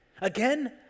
again